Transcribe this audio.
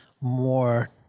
more